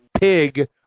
pig